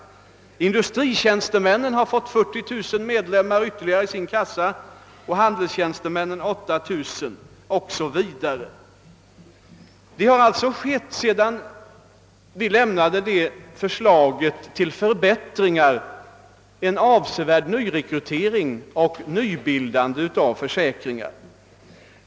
Industritjänstemännens kassa har fått ytterligare 40 000 medlemmar och =:handelstjänstemännens 8000 o. s. v. Sedan vi inlämnade förslaget till förbättringar har alltså skett en avsevärd nyrekrytering och nybildande av försäkringskassor.